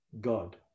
god